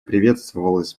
приветствовалось